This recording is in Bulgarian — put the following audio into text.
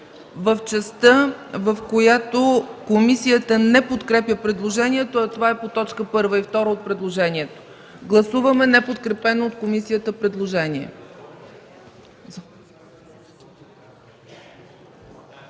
в частта, в която комисията не подкрепя предложението, а това е по т. 1 и 2 от предложението. Гласуваме неподкрепено от комисията предложение.